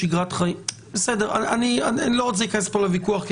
אני לא רוצה להיכנס לוויכוח.